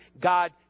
God